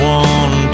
one